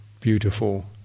beautiful